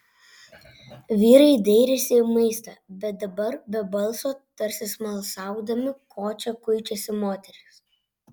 vyrai dairėsi į maistą bet dabar be balso tarsi smalsaudami ko čia kuičiasi moterys